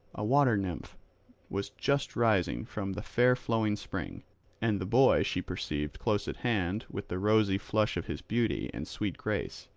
a water-nymph was just rising from the fair-flowing spring and the boy she perceived close at hand with the rosy flush of his beauty and sweet grace.